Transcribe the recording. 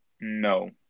No